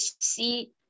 see